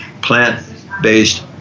plant-based